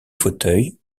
fauteuil